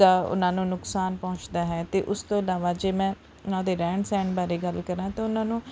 ਦਾ ਉਹਨਾਂ ਨੂੰ ਨੁਕਸਾਨ ਪਹੁੰਚਦਾ ਹੈ ਅਤੇ ਉਸ ਤੋਂ ਇਲਾਵਾ ਜੇ ਮੈਂ ਉਹਨਾਂ ਦੇ ਰਹਿਣ ਸਹਿਣ ਬਾਰੇ ਗੱਲ ਕਰਾਂ ਤਾਂ ਉਹਨਾਂ ਨੂੰ